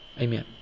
Amen